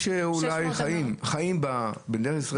יש אולי שחיים במדינת ישראל.